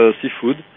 seafood